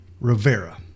Rivera